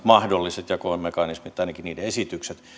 mahdolliset jakomekanismit tai ainakin niiden esitykset